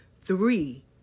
Three